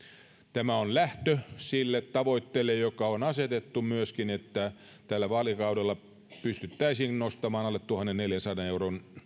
tämä on myöskin lähtö sille tavoitteelle joka on asetettu että tällä vaalikaudella pystyttäisiin nostamaan alle tuhannenneljänsadan euron